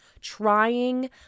trying